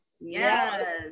yes